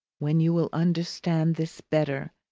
when you will understand this better,